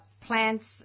plants